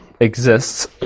exists